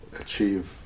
achieve